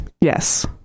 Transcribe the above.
yes